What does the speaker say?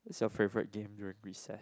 is a favourite game during recess